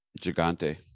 Gigante